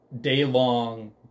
day-long